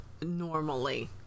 normally